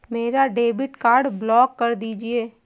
मेरा debit card block कर दीजिए